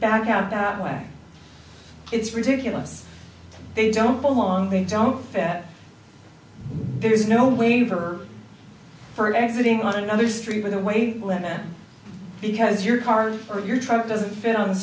back out that way it's ridiculous they don't belong they joke that there is no waiver for exiting on another street with a weight limit because your car or your truck doesn't fit on